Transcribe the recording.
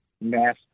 mass